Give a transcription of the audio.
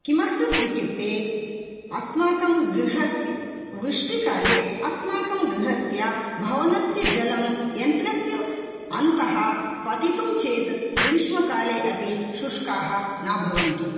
किमर्थम् इत्युक्ते अस्माकं गृहस्य वृष्ठिकाले अस्माकं गृहस्य भवनस्य जलं यन्त्रस्य अन्तः पतितं चेत् ग्रीष्मकाले अपि शुष्काः न भवन्ति